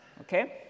okay